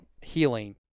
healing